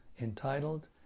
entitled